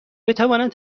بتوانند